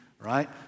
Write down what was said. right